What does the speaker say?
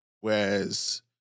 whereas